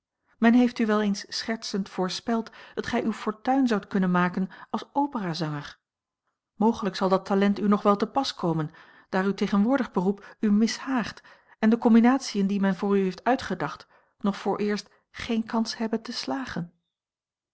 men heeft u wel eens schertsend voorspeld dat gij uwe fortuin zoudt kunnen maken als operazanger mogelijk zal dat talent u nog wel te pas komen daar a l g bosboom-toussaint langs een omweg uw tegenwoordig beroep u mishaagt en de combinatiën die men voor u heeft uitgedacht nog vooreerst geen kans hebben te slagen